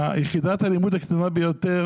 יחידת הלימוד הקטנה ביותר